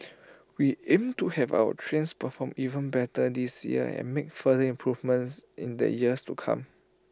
we aim to have our trains perform even better this year and make further improvements in the years to come